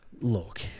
Look